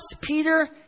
Peter